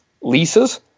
leases